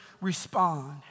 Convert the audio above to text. respond